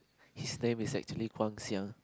his name is actually Guang-Xiang